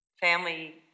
family